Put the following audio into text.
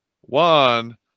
one